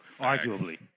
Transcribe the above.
arguably